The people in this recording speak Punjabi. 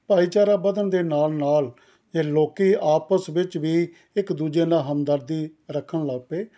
ਭਾਈਚਾਰਾ ਵਧਣ ਦੇ ਨਾਲ ਨਾਲ ਇਹ ਲੋਕ ਆਪਸ ਵਿੱਚ ਵੀ ਇੱਕ ਦੂਜੇ ਨਾਲ ਹਮਦਰਦੀ ਰੱਖਣ ਲੱਗ ਪਏ